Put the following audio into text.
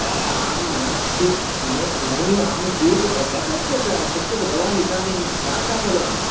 ए अहं नास्ति नै नैव अहं स्वीकर् कथञ्चित् शक्यते भवान् इदानीं ज्ञाता खलु